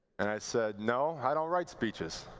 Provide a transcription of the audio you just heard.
and i said, no. i don't write speeches.